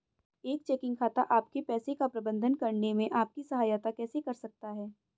एक चेकिंग खाता आपके पैसे का प्रबंधन करने में आपकी सहायता कैसे कर सकता है?